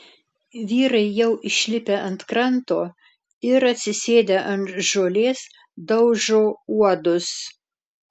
vyrai jau išlipę ant kranto ir atsisėdę ant žolės daužo uodus